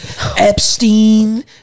Epstein